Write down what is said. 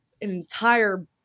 entire